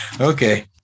Okay